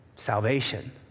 salvation